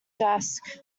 desk